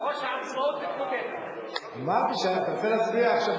או שעצמאות, אמרתי, אתה רוצה להצביע עכשיו?